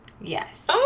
yes